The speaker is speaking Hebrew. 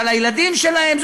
על הילדים שלהם,